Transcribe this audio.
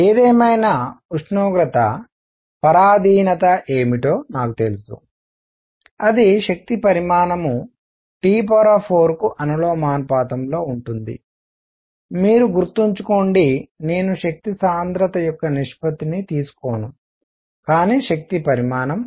ఏదేమైనా ఉష్ణోగ్రత పరాధీనత ఏమిటో నాకు తెలుసు అది శక్తి పరిమాణం T4 కు అనులోమానుపాతంలో ఉంటుంది మీరు గుర్తుంచుకోండి నేను శక్తి సాంద్రత యొక్క నిష్పత్తిని తీసుకోను కానీ శక్తి పరిమాణం